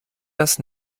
das